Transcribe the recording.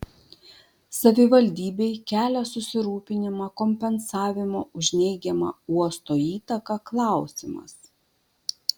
savivaldybei kelia susirūpinimą kompensavimo už neigiamą uosto įtaką klausimas